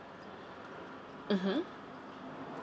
mmhmm